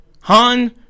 Han